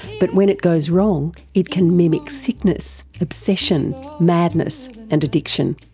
but when it goes wrong it can mimic sickness, obsession, madness and addiction.